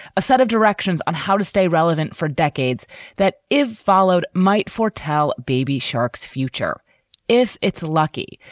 a set of directions on how to stay relevant for decades that, if followed, might foretell baby sharks future if it's lucky,